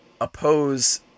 oppose